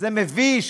זה מביש.